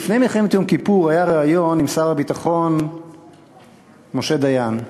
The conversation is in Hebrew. לפני מלחמת יום כיפור היה ריאיון עם שר הביטחון משה דיין,